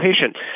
patient